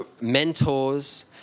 mentors